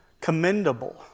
commendable